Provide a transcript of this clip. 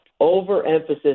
overemphasis